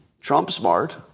Trump-smart